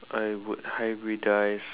I would hybridize